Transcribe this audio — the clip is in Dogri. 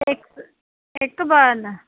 फिक्स फिक्स बार न